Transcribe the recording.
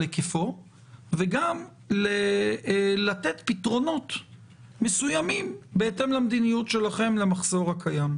היקפו וגם לתת פתרונות מסוימים בהתאם למדיניות שלכם למחסור הקיים.